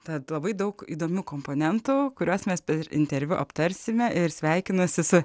tad labai daug įdomių komponentų kuriuos mes per interviu aptarsime ir sveikinuosi su